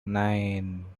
nine